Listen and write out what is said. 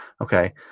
okay